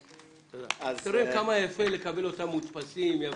תראו כמה יפה לקבל את ההסתייגויות בצורה יפה,